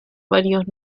varios